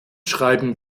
schreiben